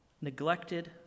neglected